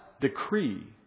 decree